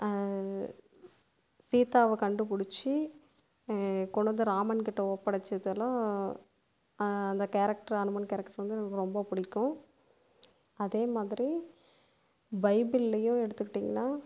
சீதாவை கண்டுபிடிச்சி கொழுந்தன் ராமன்கிட்டே ஒப்படைச்சதெல்லாம் அந்த கேரக்டர் அனுமன் கேரக்டர் வந்து எனக்கு ரொம்ப பிடிக்கும் அதேமாதிரி பைபிளையும் எடுத்துக்கிட்டீங்கனா